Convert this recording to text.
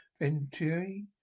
Venturi